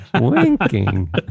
Winking